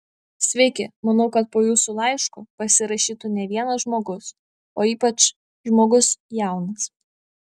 sveiki manau kad po jūsų laišku pasirašytų ne vienas žmogus o ypač žmogus jaunas